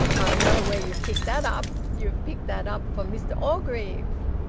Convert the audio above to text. i know where you've picked that up. you've picked that up from mr orgreave.